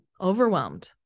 overwhelmed